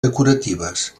decoratives